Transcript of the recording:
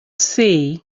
see